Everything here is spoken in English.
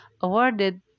awarded